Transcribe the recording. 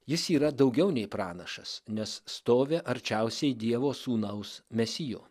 jis yra daugiau nei pranašas nes stovi arčiausiai dievo sūnaus mesijo